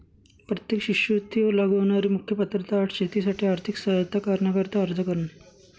प्रत्येक शिष्यवृत्ती वर लागू होणारी मुख्य पात्रता अट शेतीसाठी आर्थिक सहाय्यता करण्याकरिता अर्ज करणे आहे